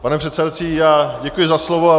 Pane předsedající, já děkuji za slovo.